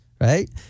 right